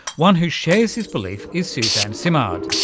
one who shares his belief is suzanne simard,